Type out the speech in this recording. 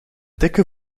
dikke